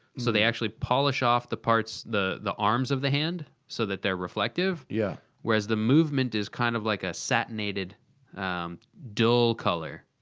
so they actually polish off the parts, the the arms of the hand so that they're reflective. yeah whereas the movement is kind of like a satinated dull color.